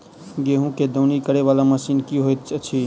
गेंहूँ केँ दौनी करै वला मशीन केँ होइत अछि?